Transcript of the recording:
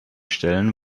stellen